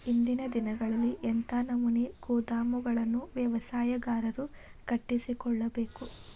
ಇಂದಿನ ದಿನಗಳಲ್ಲಿ ಎಂಥ ನಮೂನೆ ಗೋದಾಮುಗಳನ್ನು ವ್ಯವಸಾಯಗಾರರು ಕಟ್ಟಿಸಿಕೊಳ್ಳಬೇಕು?